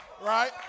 Right